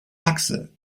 achse